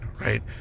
right